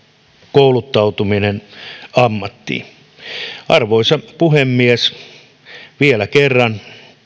kouluttautuminen ammattiin arvoisa puhemies vielä kerran